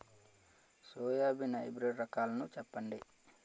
Soybean hybrid రకాలను చెప్పండి?